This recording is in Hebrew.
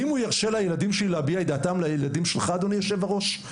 האם דעתם של הילדים שלך או שלי תוכל להישמע אז?